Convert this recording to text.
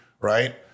right